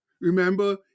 Remember